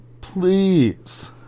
Please